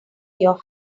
your